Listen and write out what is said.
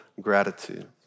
gratitude